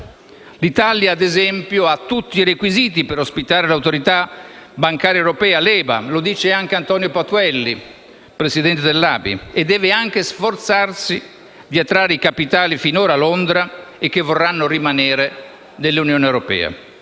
L'Italia, ad esempio, ha tutti i requisiti per ospitare l'Autorità bancaria europea (EBA), come dice anche Antonio Patuelli, presidente dell'ABI, e deve anche sforzarsi di attrarre i capitali, finora a Londra, che vorranno rimanere nell'Unione europea.